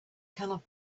cannot